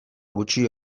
gutxi